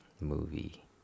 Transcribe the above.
Movie